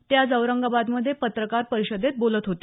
ते आज औरंगाबादमधे पत्रकार परिषदेत बोलत होते